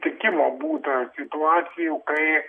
tikimo būta situacijų kai